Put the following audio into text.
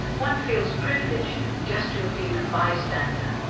one feels privileged just to have been a bystander.